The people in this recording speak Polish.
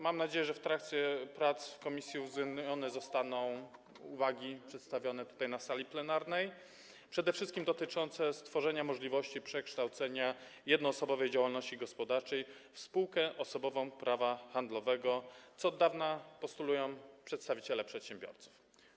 Mam nadzieję, że w trakcie prac w komisji uwzględnione zostaną uwagi przedstawione tutaj, na sali plenarnej, przede wszystkim te dotyczące stworzenia możliwości przekształcenia jednoosobowej działalności gospodarczej w spółkę osobową prawa handlowego, co od dawna postulują przedstawiciele przedsiębiorców.